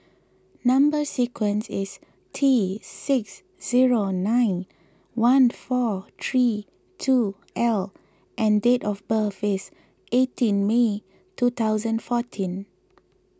Number Sequence is T six zero nine one four three two L and date of birth is eighteen May two thousand fourteen